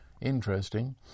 Interesting